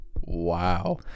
wow